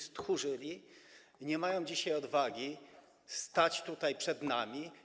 Stchórzyli i nie mają dzisiaj odwagi stanąć tutaj przed nami.